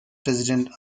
president